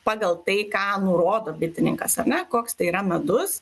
pagal tai ką nurodo bitininkas ar ne koks tai yra medus